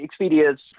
Expedia's